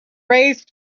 raised